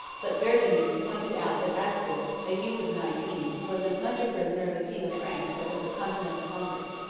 but vergennes pointed out that asgill, a youth of nineteen, was as much a prisoner of the king of france as of the continental congress.